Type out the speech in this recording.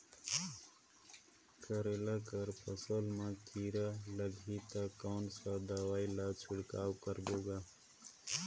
करेला कर फसल मा कीरा लगही ता कौन सा दवाई ला छिड़काव करबो गा?